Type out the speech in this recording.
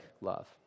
love